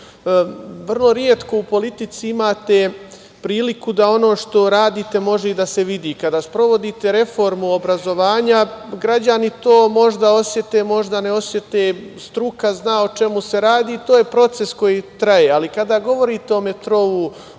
vrlo retko u politici imate priliku da ono što radite može i da se vidi. Kada sprovodite reformu obrazovanja, građani to možda osete, možda ne osete, struka zna o čemu se radi i to je proces koji traje. Ali, kada govorite o metrou,